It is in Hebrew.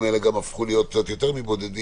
האלה גם הפכו להיות קצת יותר מבודדים